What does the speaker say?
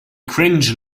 cringe